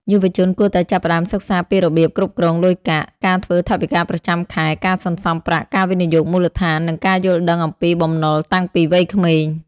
យុវជនគួរតែចាប់ផ្ដើមសិក្សាពីរបៀបគ្រប់គ្រងលុយកាក់ ការធ្វើថវិកាប្រចាំខែ ការសន្សំប្រាក់ ការវិនិយោគមូលដ្ឋាន និងការយល់ដឹងអំពីបំណុលតាំងពីវ័យក្មេង។